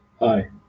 Hi